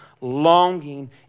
longing